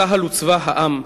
צה"ל הוא צבא העם.